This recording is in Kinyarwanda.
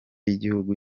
y’igihugu